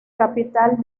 capital